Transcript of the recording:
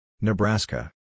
Nebraska